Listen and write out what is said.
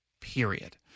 period